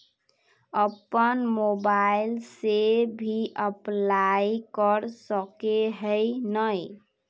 अपन मोबाईल से भी अप्लाई कर सके है नय?